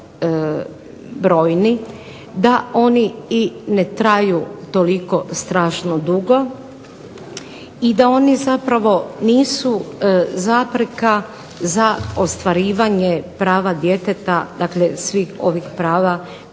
da oni ne traju toliko strašno dugo i da oni zapravo nisu zapreka za ostvarivanje prava djeteta svih ovih prava